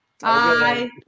Bye